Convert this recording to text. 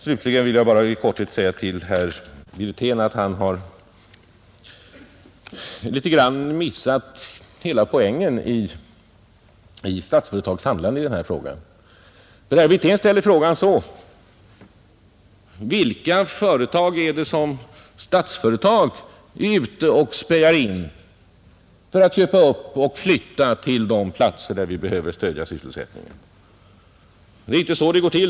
Slutligen vill jag bara i korthet säga till herr Wirtén att han har missat hela poängen när det gäller Statsföretags handlande i denna fråga. Herr Wirtén ställde frågan så: Vilka företag är det som Statsföretag är ute och spejar in för att köpa upp och flytta till de platser där vi behöver stödja sysselsättningen? Det är inte så det går till.